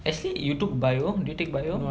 actually you took bio did you take bio